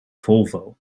volvo